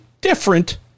different